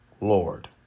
Lord